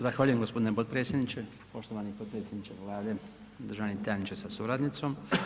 Zahvaljujem g. potpredsjedniče, poštovani potpredsjedniče Vlade, državni tajniče sa suradnicom.